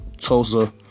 Tulsa